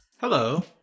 Hello